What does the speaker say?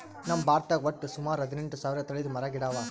ನಮ್ ಭಾರತದಾಗ್ ವಟ್ಟ್ ಸುಮಾರ ಹದಿನೆಂಟು ಸಾವಿರ್ ತಳಿದ್ ಮರ ಗಿಡ ಅವಾ